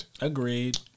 Agreed